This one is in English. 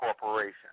Corporation